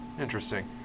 Interesting